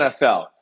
NFL